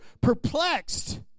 perplexed